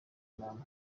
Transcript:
namwe